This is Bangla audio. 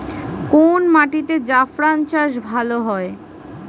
কোন মাটিতে জাফরান চাষ ভালো হয়?